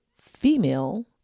female